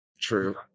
True